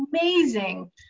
amazing